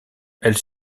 elle